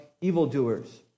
evildoers